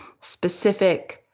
specific